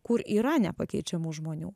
kur yra nepakeičiamų žmonių